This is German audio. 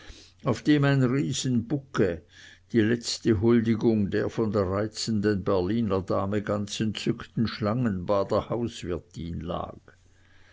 auf dem ein riesenbouquet die letzte huldigung der von der reizenden berliner dame ganz entzückten schlangenbader hauswirtin lag